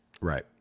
Right